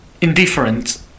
Indifferent